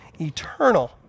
eternal